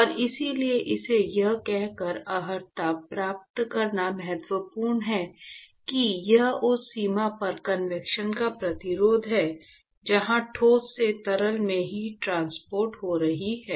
और इसलिए इसे यह कहकर अर्हता प्राप्त करना महत्वपूर्ण है कि यह उस सीमा पर कन्वेक्शन का प्रतिरोध है जहां ठोस से तरल में हीट ट्रांसपोर्ट हो रही है